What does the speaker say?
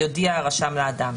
יודיע הרשם לאדם,